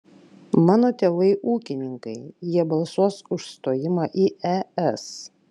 mano tėvai ūkininkai jie balsuos už stojimą į es